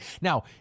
Now